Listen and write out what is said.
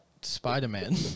Spider-Man